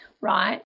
right